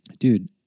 dude